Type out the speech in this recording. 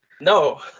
No